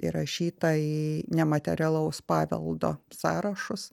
įrašyta į nematerialaus paveldo sąrašus